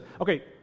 okay